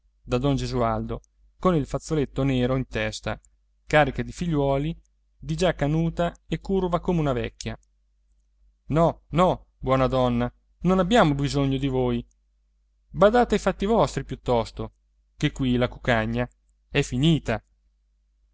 da don gesualdo con il fazzoletto nero in testa carica di figliuoli di già canuta e curva come una vecchia no no buona donna non abbiamo bisogno di voi badate ai fatti vostri piuttosto ché qui la cuccagna è finita